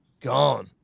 gone